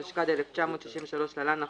התשכ"ד-1963 (להלן,